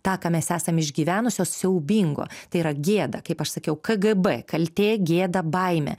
tą ką mes esam išgyvenusios siaubingo tai yra gėda kaip aš sakiau kgb kaltė gėda baimė